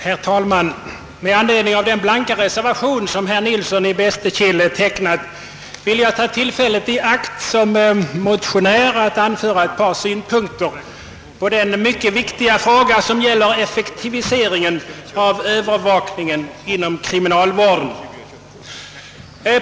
Herr talman! Med anledning av den blanka reservation som herr Nilsson i Bästekille avgivit vill jag ta tillfället i akt att som motionär anföra ett par synpunkter på den mycket viktiga frågan om effektivisering av övervakningen inom kriminalvården.